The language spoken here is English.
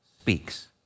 speaks